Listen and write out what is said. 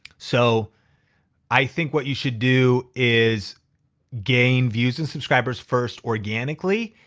so i think what you should do is gain views and subscribers first organically,